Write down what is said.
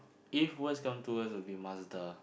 if worst come to worst would be Mazda